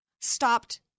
stopped